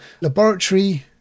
laboratory